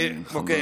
וחבל.